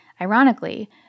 ironically